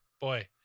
Boy